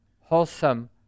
wholesome